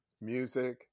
music